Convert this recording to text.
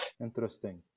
Interesting